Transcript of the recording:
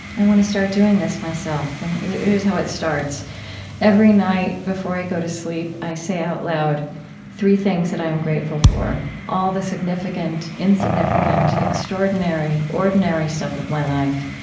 i want to start doing this myself. and here's how it starts every night before i go to sleep i say out loud three things that i am grateful for, all the significant, insignificant, extraordinary, ordinary stuff of my life.